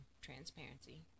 transparency